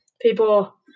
People